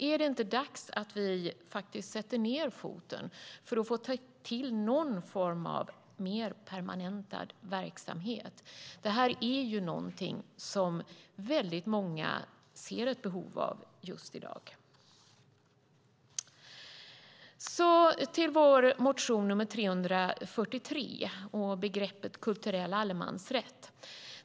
Är det inte dags att vi faktiskt sätter ned foten för att få till någon form av mer permanent verksamhet? Detta är någonting väldigt många ser ett behov av just i dag. Så till vår motion nr 343 och begreppet "kulturell allemansrätt".